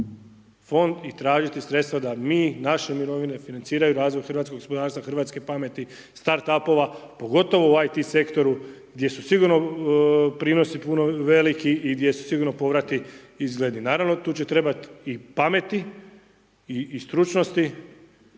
fond i tražiti sredstva da mi, naše mirovine financiraju razvoj hrvatskog gospodarstva, hrvatske pameti, start up-ova, pogotovo u IT sektoru gdje su sigurno prinosi puno veliki i gdje su sigurno povrati izgledniji. Naravno tu će trebati i pameti i stručnosti